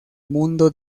mundo